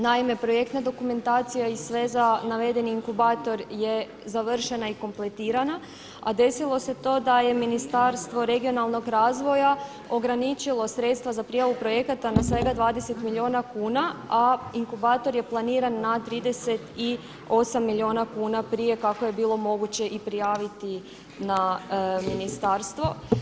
Naime, projektna dokumentacija i sve za navedeni inkubator je završena i kompletirana a desilo se to da je Ministarstvo regionalnog razvoja ograničilo sredstva za prijavu projekata na svega 20 milijuna kuna a inkubator je planiran na 38 milijuna kuna prije kako je bilo moguće i prijaviti na ministarstvo.